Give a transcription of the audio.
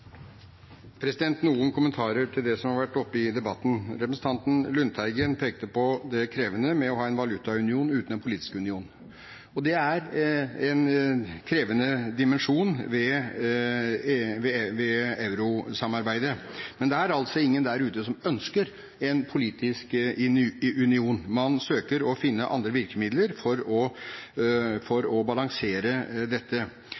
noen kommentarer til det som har vært oppe i debatten. Representanten Lundteigen pekte på at det er krevende å ha en valutaunion uten en politisk union. Det er en krevende dimensjon ved eurosamarbeidet, men det er altså ingen der ute som ønsker en politisk union. Man søker å finne andre virkemidler for å balansere dette.